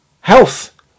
health